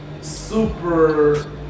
super